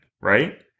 right